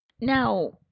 now